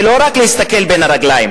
ולא רק להסתכל בין הרגליים,